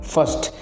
First